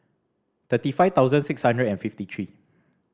thirty five thousand six hundred and fifty three